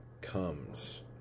comes